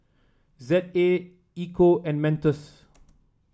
Z A Ecco and Mentos